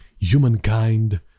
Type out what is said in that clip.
humankind